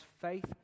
faith